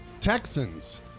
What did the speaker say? Texans